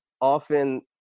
often